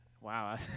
Wow